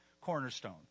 cornerstone